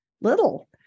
little